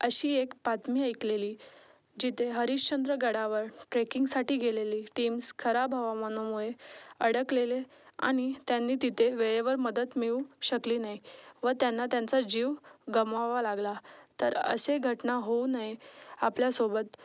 अशी एक बातमी ऐकलेली जिथे हरिश्चंद्र गडावर ट्रेकिंगसाठी गेलेली टीम्स खराब हवामानामुळे अडकलेले आणि त्यांनी तिथे वेळेवर मदत मिळू शकली नाही व त्यांना त्यांचा जीव गमवावा लागला तर अशी घटना होऊ नये आपल्यासोबत